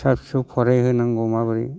फिसा फिसौ फरायहोनांगौ माबोरै